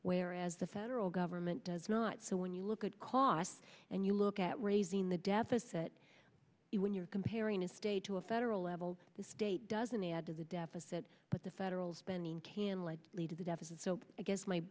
whereas the federal government does not so when you look at costs and you look at raising the deficit when you're comparing a state to a federal level the state doesn't add to the deficit but the federal spending can lead lead to the deficit so i guess my